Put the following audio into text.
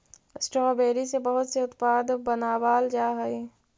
strawberry से बहुत से उत्पाद बनावाल जा हई